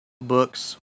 books